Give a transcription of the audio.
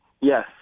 Yes